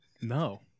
No